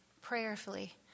prayerfully